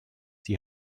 die